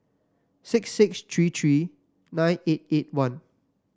six six three three nine eight eight one